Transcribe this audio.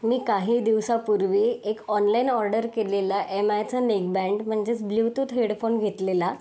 मी काही दिवसापूर्वी एक ऑनलाईन ऑर्डर केलेला एम आयचा नेक बँड म्हणजेच ब्लु टूथ हेडफोन घेतलेला